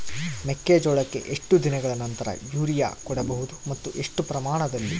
ಮೆಕ್ಕೆಜೋಳಕ್ಕೆ ಎಷ್ಟು ದಿನಗಳ ನಂತರ ಯೂರಿಯಾ ಕೊಡಬಹುದು ಮತ್ತು ಎಷ್ಟು ಪ್ರಮಾಣದಲ್ಲಿ?